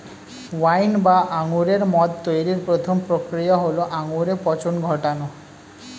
wine বা আঙুরের মদ তৈরির প্রথম প্রক্রিয়া হল আঙুরে পচন ঘটানো